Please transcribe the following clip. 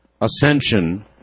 ascension